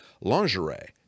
lingerie